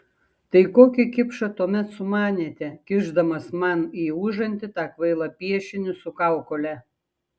tai kokį kipšą tuomet sumanėte kišdamas man į užantį tą kvailą piešinį su kaukole